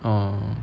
哦